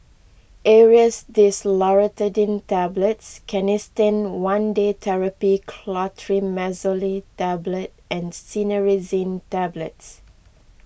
Aerius DesloratadineTablets Canesten one Day therapy Clotrimazole Tablet and Cinnarizine Tablets